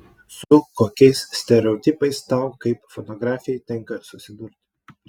su kokiais stereotipais tau kaip fotografei tenka susidurti